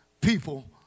people